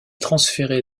transféré